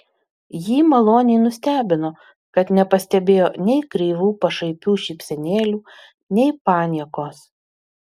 jį maloniai nustebino kad nepastebėjo nei kreivų pašaipių šypsenėlių nei paniekos